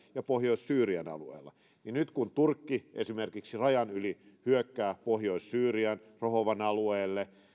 ja pohjois syyrian alueella ja nyt kun turkki esimerkiksi rajan yli hyökkää pohjois syyriaan rojavan alueelle